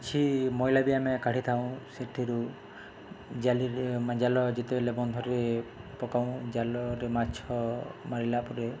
କିଛି ମଇଳା ବି ଆମେ କାଢ଼ିଥାଉ ସେଥିରୁ ଜାଲିରେ ଜାଲ ଯେତେବେଲେ ବନ୍ଧରେ ପକାଉ ଜାଲରେ ମାଛ ମାରିଲା ପରେ